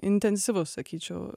intensyvus sakyčiau